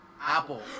Apple